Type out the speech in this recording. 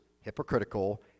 hypocritical